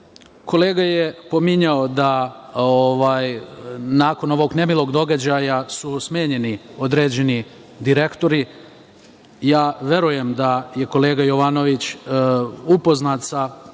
kolega je pominjao da nakon ovog nemilog događaja su smenjeni određeni direktori. Ja verujem da je kolega Jovanović upoznat